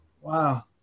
Wow